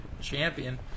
Champion